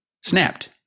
snapped